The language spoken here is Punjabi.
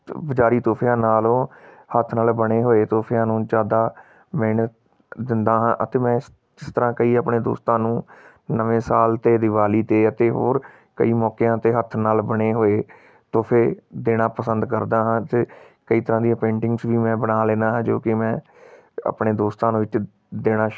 ਬਜ਼ਾਰੀ ਤੋਹਫ਼ਿਆਂ ਨਾਲ਼ੋਂ ਹੱਥ ਨਾਲ਼ ਬਣੇ ਹੋਏ ਤੋਹਫ਼ਿਆਂ ਨੂੰ ਜ਼ਿਆਦਾ ਮਿਹਨਤ ਦਿੰਦਾ ਹਾਂ ਅਤੇ ਮੈਂ ਇਸ ਇਸ ਤਰ੍ਹਾਂ ਕਈ ਆਪਣੇ ਦੋਸਤਾਂ ਨੂੰ ਨਵੇਂ ਸਾਲ 'ਤੇ ਦਿਵਾਲੀ 'ਤੇ ਅਤੇ ਹੋਰ ਕਈ ਮੌਕਿਆਂ 'ਤੇ ਹੱਥ ਨਾਲ਼ ਬਣੇ ਹੋਏ ਤੋਹਫ਼ੇ ਦੇਣਾ ਪਸੰਦ ਕਰਦਾ ਹਾਂ ਅਤੇ ਕਈ ਤਰ੍ਹਾਂ ਦੀਆਂ ਪੇਂਟਿੰਗਸ ਵੀ ਮੈਂ ਬਣਾ ਲੈਂਦਾ ਹਾਂ ਜੋ ਕਿ ਮੈਂ ਆਪਣੇ ਦੋਸਤਾਂ ਵਿੱਚ ਦੇਣਾ